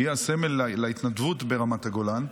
שהיא הסמל להתנדבות ברמת הגולן.